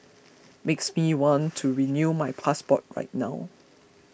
makes me want to renew my passport right now